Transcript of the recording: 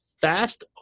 fast